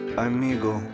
amigo